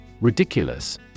Ridiculous